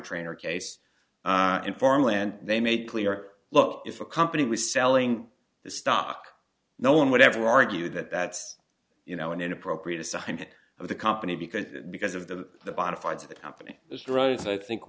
trainer case in farm land they made clear look if a company was selling the stock no one would ever argue that that's you know an inappropriate a sign of the company because because of the the bottom fides of the company this runs i think